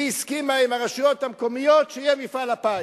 היא הסכימה עם הרשויות המקומיות שיהיה מפעל הפיס.